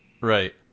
right